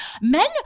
Men